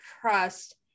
trust